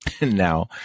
Now